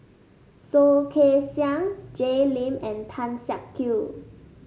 Soh Kay Siang Jay Lim and Tan Siak Kew